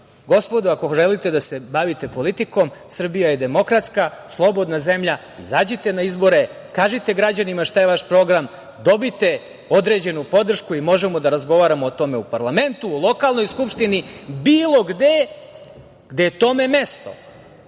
glasova. Gospodo ako želite da se bavite politikom, Srbija je demokratska, slobodna zemlja. Izađite na izbore, kažite građanima šta je vaš program. Dobite određenu podršku i možemo da razgovaramo o tome u parlamentu, u lokalnoj skupštini, bilo gde je tome mesto.